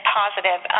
positive